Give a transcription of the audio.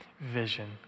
vision